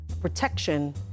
protection